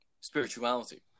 spirituality